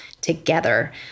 together